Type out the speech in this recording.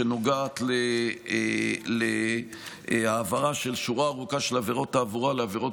שנוגעת להעברה של שורה ארוכה של עבירות תעבורה לעבירות